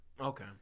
Okay